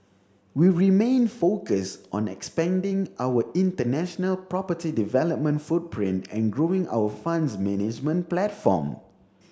we remain focused on expanding our international property development footprint and growing our funds management platform